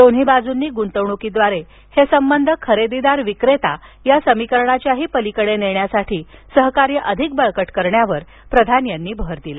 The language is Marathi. दोन्ही बाजूंनी गुंतवणुकीद्वारे हे संबंध खरेदीदार विक्रेता या समीकरणाच्याही पलिकडे नेण्यासाठी सहकार्य अधिक बळकट करण्यावर प्रधान यांनी भर दिला